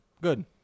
Good